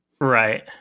Right